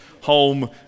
home